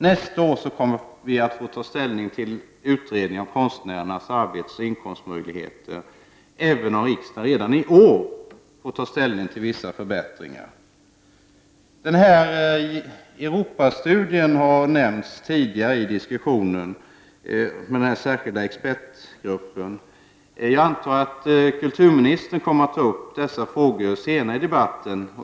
Nästa år kommer riksdagen att få ställning till utredningen om konstnärernas arbetsoch inkomstmöjligheter, även om riksdagen redan i år får ta ställning till vissa förbättringar. Den Europastudie som en särskild expertgrupp har gjort har nämnts tidigare i diskussionen. Jag antar att kulturministern kommer att ta upp Europafrågor senare i debatten.